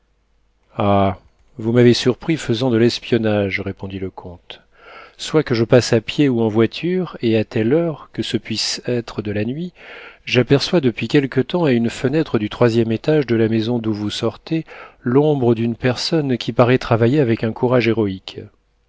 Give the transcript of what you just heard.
ah vous m'avez surpris faisant de l'espionnage répondit le comte soit que je passe à pied ou en voiture et à telle heure que ce puisse être de la nuit j'aperçois depuis quelque temps à une fenêtre du troisième étage de la maison d'où vous sortez l'ombre d'une personne qui paraît travailler avec un courage héroïque